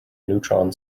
neutron